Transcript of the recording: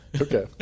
okay